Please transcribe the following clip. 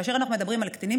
כאשר אנחנו מדברים על קטינים,